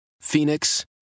Phoenix